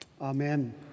Amen